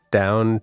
down